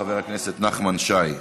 חבר הכנסת נחמן שי.